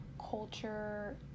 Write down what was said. culture